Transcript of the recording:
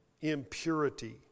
impurity